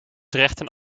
richten